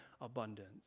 abundance